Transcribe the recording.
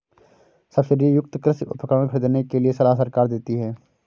subsidy युक्त कृषि उपकरण खरीदने के लिए सलाह सरकार देती है